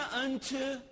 unto